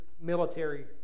military